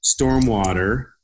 stormwater